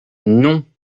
non